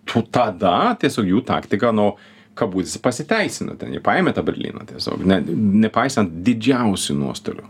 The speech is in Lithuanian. tu tada tiesiog jų taktika nu kabutėse pasiteisino ten jie paėmė tą berlyną tiesiog ne nepaisant didžiausių nuostolių